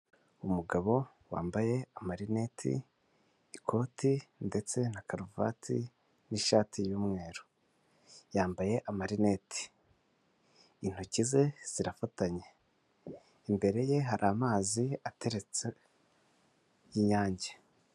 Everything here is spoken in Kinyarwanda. Umugabo wambaye amarineti, ikoti ndetse na karuvati n'ishati y'umweru. Yambaye amarineti. Intoki ze zirafatanye. Imbere ye hari amazi ateretse y'inyange.